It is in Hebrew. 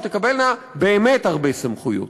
שתקבלנה באמת הרבה סמכויות.